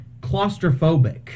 claustrophobic